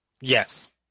Yes